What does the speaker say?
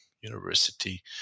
university